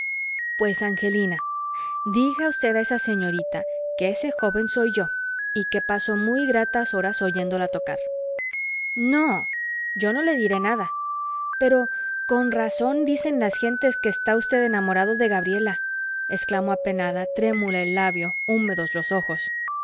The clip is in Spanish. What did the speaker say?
pues angelina diga usted a esa señorita que ese joven soy yo y que paso muy gratas horas oyéndola tocar no yo no le diré nada pero con razón dicen las gentes que está usted enamorado de gabriela exclamó apenada trémula el labio húmedos los ojos